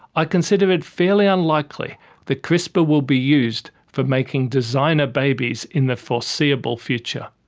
i consider it fairly unlikely that crispr will be used for making designer babies in the foreseeable future.